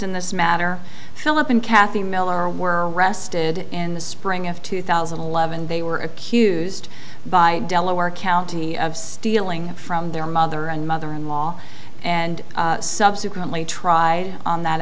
in this matter philip and kathy miller were arrested in the spring of two thousand and eleven they were accused by delaware county of stealing from their mother and mother in law and subsequently tried on that